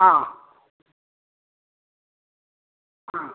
ആ ആ